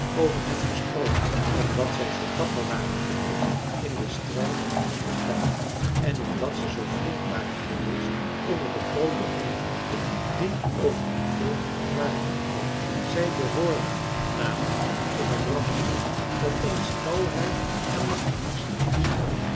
over hen gesproken omdat zij zoo dapper waren geweest in den strijd met hun vijanden en omdat ze zoo flink waren geweest onder de groote ongelukken die over hun volk waren gekomen zij behoorden namelijk tot een rattenvolk dat eens talrijk en machtig was geweest